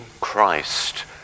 Christ